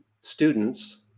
students